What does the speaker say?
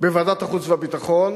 בוועדת החוץ והביטחון